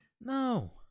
No